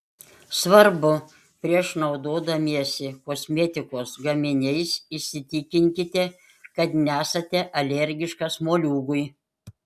svarbu prieš naudodamiesi kosmetikos gaminiais įsitikinkite kad nesate alergiškas moliūgui